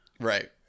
Right